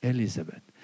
Elizabeth